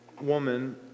woman